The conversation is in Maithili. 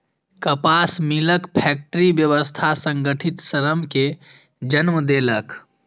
कपास मिलक फैक्टरी व्यवस्था संगठित श्रम कें जन्म देलक